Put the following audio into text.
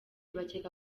bakeka